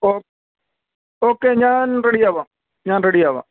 okay ഞാൻ റെഡിയാവാം ഞാൻ റെഡിയാവാം